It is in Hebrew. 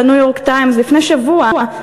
ל"ניו-יורק טיימס" לפני שבוע,